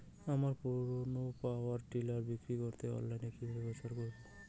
আমার পুরনো power tiller বিক্রি করাতে অনলাইনে কিভাবে প্রচার করব?